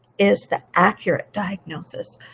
is the accurate diagnosis.